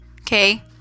Okay